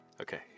Okay